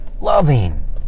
loving